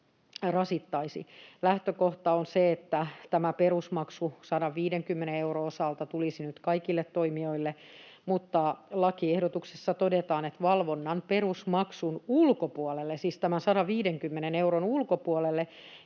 Lähtökohta on se, että tämä perusmaksu, 150 euroa, tulisi nyt kaikille toimijoille, mutta lakiehdotuksessa todetaan, että valvonnan perusmaksun ulkopuolelle, siis tämän 150 euron ulkopuolelle,